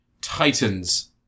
Titans